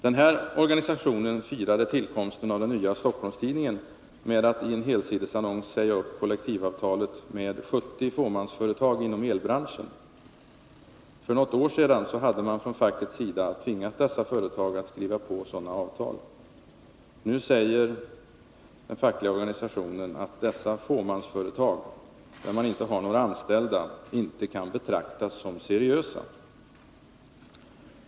Den här organisationen firade tillkomsten av den nya Stockholms Tidningen med att i en helsidesannons säga upp kollektivavtalet med 70 fåmansföretag inom elbranschen. För något år sedan hade man från fackets sida tvingat dessa företag att skriva på sådana avtal. Nu säger den fackliga organisationen att dessa fåmansföretag, där man inte har några anställda, inte kan betraktas som seriösa.